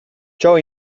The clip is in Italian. ciò